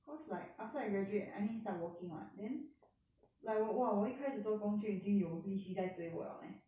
cause like after I graduate I need start working [what] then like !wah! 我一开始做工就已经有利息在追我了 meh